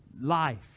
life